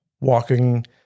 walking